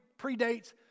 predates